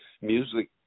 music